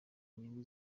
inyungu